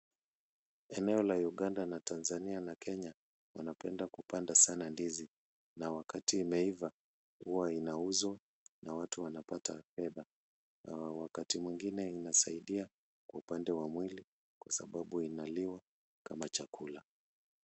Eneo la Uganda na Tanzania na Kenya wanapenda kupanda sana ndizi na wakati imeiva huwa inauzwa na watu wanapata fedha na wakati mwingine inasaidia upande wa mwili kwa sababu inaliwa kama chakula.